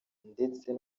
ndetse